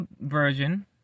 version